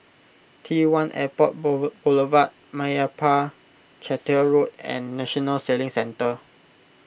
T one Airport Boulevard Meyappa Chettiar Road and National Sailing Centre